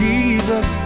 Jesus